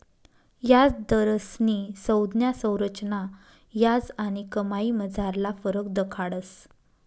याजदरस्नी संज्ञा संरचना याज आणि कमाईमझारला फरक दखाडस